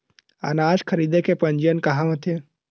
अनाज खरीदे के पंजीयन कहां होथे?